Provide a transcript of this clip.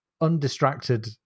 Undistracted